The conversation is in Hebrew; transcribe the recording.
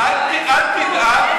אל תדאג,